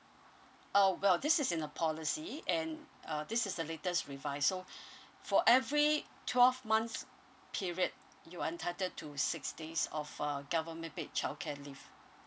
uh well this is in a policy and uh this is the latest revise so for every twelve month period you entitled to six days of uh government paid childcare leave